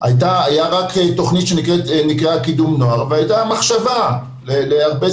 הייתה רק תוכנית שנקראה קידום נוער והייתה מחשבה להרבה,